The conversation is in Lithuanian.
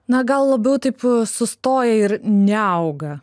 na gal labiau taip sustoja ir neauga